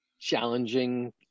challenging